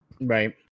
Right